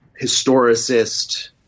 historicist